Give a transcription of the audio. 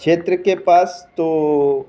क्षेत्र के पास तो